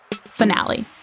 finale